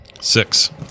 Six